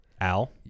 Al